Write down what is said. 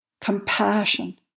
compassion